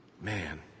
Man